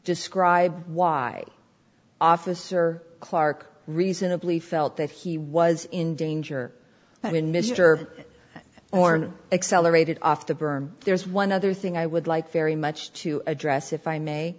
describe why officer clark reasonably felt that he was in danger i mean mr horn accelerated off the berm there is one other thing i would like very much to address if i may